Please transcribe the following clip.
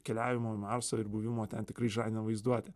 keliavimo į marsą ir buvimo ten tikrai žadina vaizduotę